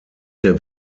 der